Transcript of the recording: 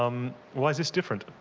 um why is this different?